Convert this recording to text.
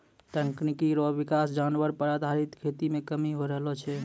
तकनीकी रो विकास जानवर पर आधारित खेती मे कमी होय रहलो छै